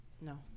No